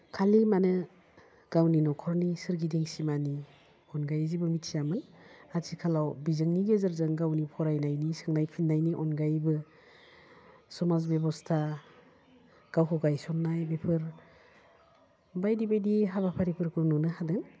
खालि मानो गावनि न'खरनि सोरगिदिं सिमानि अनगायै जेबो मिथियामोन आथिखालाव बिजोंनि गेजेरजों गावनि फरायनायनि सोंनाय फिन्नायनि अनगायैबो समाज बेबस्था गावखौ गायसन्नाय बेफोर बायदि बायदि हाबाफारिफोरखौ नुनो हादों